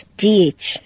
gh